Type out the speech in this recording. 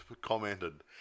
commented